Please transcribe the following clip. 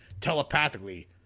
telepathically